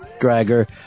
dragger